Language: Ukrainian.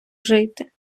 жити